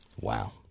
Wow